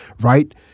right